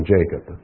Jacob